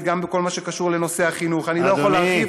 מסיים, אדוני.